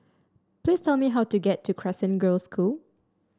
please tell me how to get to Crescent Girls' School